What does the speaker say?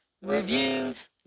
Reviews